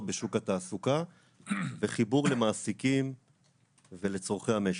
בשוק התעסוקה וחיבור למעסיקים ולצורכי המשק.